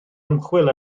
ymchwil